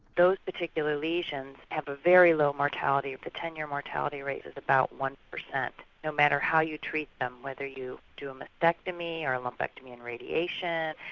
those particular lesions have a very low mortality. the ten-year mortality rate is about one per cent. no matter how you treat them. whether you do a mastectomy or a mastectomy and radiation,